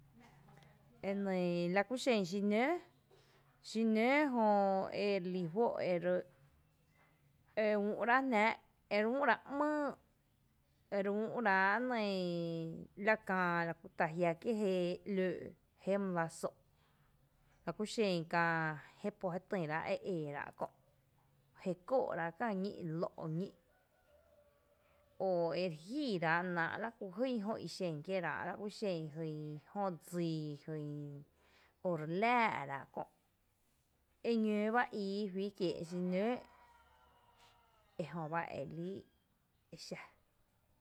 E nɇɇ la kúxen xi nǿǿ, xi nǿǿ jö erelí juó’ ere e úu’ ráa’ jná’, e üú’ rá ´mý’ ere e re üú’ rá nɇɇ la kää lakú ta jia’ kié’ jé ‘l ǿǿ’ mylⱥ só’ lakú xen kää jé po je tïra’ e éeráa’ kö’ jé kó’ rá’ la kää ñí’ lǿ’ o ere jíirá’ náa’ la k+u jýn jo ixen kieera’ laku xen jyn jö dsii o re laa’ raá’ kö’, eñǿǿ bai i juí kié’ xi nǿǿ, ejöba lii exa.